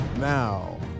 Now